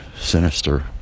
sinister